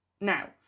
Now